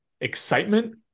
excitement